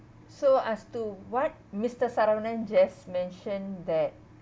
so as to what mister saravanan just mention that